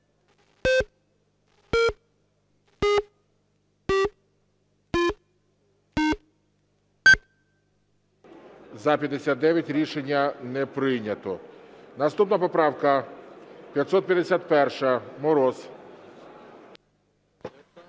За-59 Рішення не прийнято. Наступна поправка 551. Мороз.